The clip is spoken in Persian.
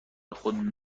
خود